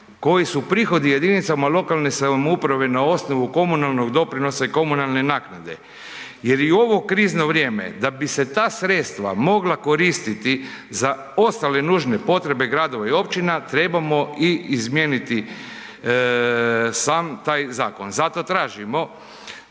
koji su prihodi jedinicama lokalne samouprave na osnovu komunalnog doprinosa i komunalne naknade jer i u ovo krizno vrijeme da bi se ta sredstva mogla koristiti za ostale nužne potrebe gradova i općina trebamo i izmijeniti sam taj zakon. Zato tražimo